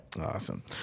Awesome